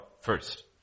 first